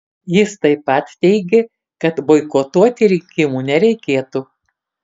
jis taip pat teigė kad boikotuoti rinkimų nereikėtų